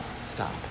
stop